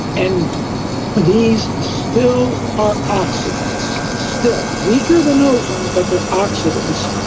and these still are oxidants, still weaker than ozone, but they're oxidants,